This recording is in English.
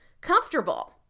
comfortable